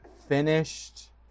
finished